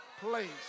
place